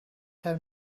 have